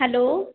hello